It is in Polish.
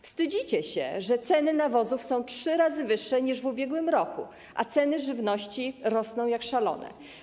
Wstydzicie się, że ceny nawozów są trzy razy wyższe niż w ubiegłym roku, a ceny żywności rosną jak szalone.